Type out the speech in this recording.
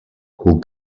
who